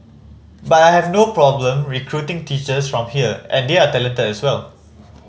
but I have no problem recruiting teachers from here and they are talented as well